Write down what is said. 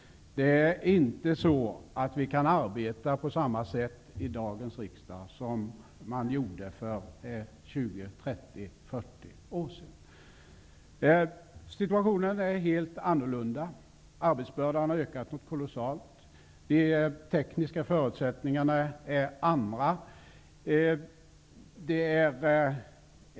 Vi kan inte arbeta på samma sätt i dagens riksdag som man gjorde för 20, 30 eller 40 år sedan. Situationen är helt annorlunda. Arbetsbördan har ökat kolossalt. De tekniska förutsättningarna är andra.